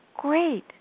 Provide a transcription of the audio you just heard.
great